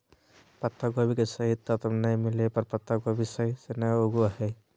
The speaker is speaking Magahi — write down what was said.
पत्तागोभी के सही तत्व नै मिलय पर पत्तागोभी सही से नय उगो हय